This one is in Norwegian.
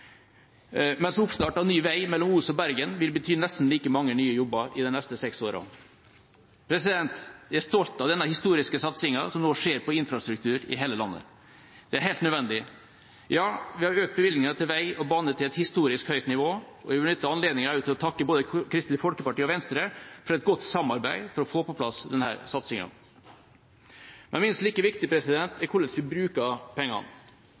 mens oppstart av ny vei mellom Os og Bergen vil bety nesten like mange nye jobber i de neste seks åra. Jeg er stolt av den historiske satsingen som nå skjer på infrastruktur i hele landet. Det er helt nødvendig. Ja, vi har økt bevilgningene til vei og bane til et historisk høyt nivå, og jeg vil benytte anledningen til å takke både Kristelig Folkeparti og Venstre for et godt samarbeid for å få på plass denne satsingen. Men minst like viktig er hvordan vi bruker pengene.